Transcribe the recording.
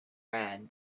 ran